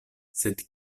sed